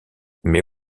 mais